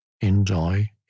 Enjoy